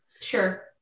sure